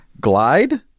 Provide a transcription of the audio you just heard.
glide